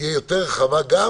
תהיה יותר רחבה גם